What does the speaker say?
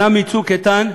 שנה מ"צוק איתן",